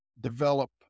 develop